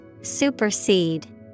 Supersede